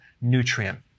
nutrient